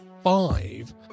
five